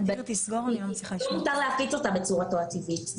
זה לא נכון להגיד להפיץ אותה בצורתו הטבעית.